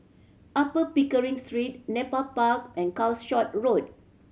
Upper Pickering Street Nepal Park and Calshot Road